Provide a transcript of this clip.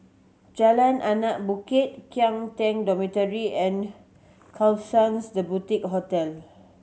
Jalan Anak Bukit Kian Teck Dormitory and Klapsons The Boutique Hotel